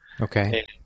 Okay